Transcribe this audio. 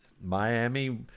Miami